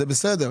זה בסדר.